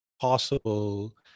possible